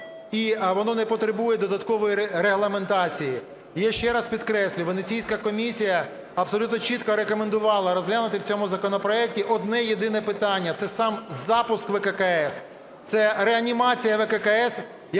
і воно не потребує додаткової регламентації. Я ще раз підкреслюю, Венеційська комісія абсолютно чітко рекомендувала розглянути в цьому законопроекті одне єдине питання – це сам запуск ВККС. Це реанімація ВККС,